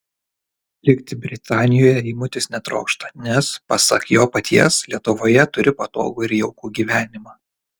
likti britanijoje eimutis netrokšta nes pasak jo paties lietuvoje turi patogų ir jaukų gyvenimą